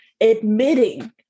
admitting